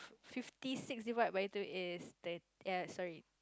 fifty six divide by two is thir~ ya sorry